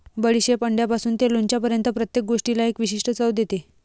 बडीशेप अंड्यापासून ते लोणच्यापर्यंत प्रत्येक गोष्टीला एक विशिष्ट चव देते